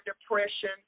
depression